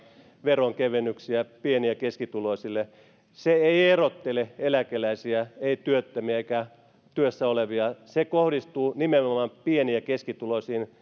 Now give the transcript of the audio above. veronkevennyksiä pieni ja keskituloisille se ei erottele eläkeläisiä ei työttömiä eikä työssä olevia se kohdistuu nimenomaan pieni ja keskituloisiin